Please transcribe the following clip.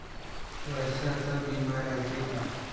वर्षाचा बिमा रायते का?